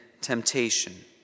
temptation